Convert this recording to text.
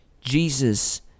Jesus